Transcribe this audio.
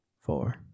four